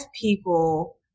people